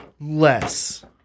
less